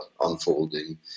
unfolding